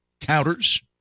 counters